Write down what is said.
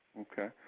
Okay